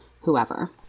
whoever